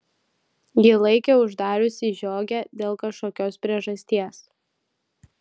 ji laikė uždariusi žiogę dėl kažkokios priežasties